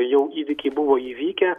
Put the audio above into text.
jau įvykiai buvo įvykę